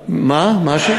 מה, מה השאלה?